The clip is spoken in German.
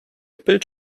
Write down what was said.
bild